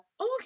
okay